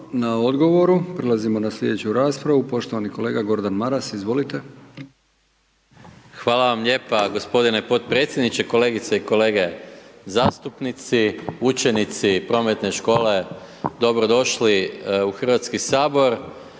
Hvala vam lijepa g. potpredsjedniče, kolegice i kolege zastupnici, učenici Prometne škole, dobrodošli u HS i baš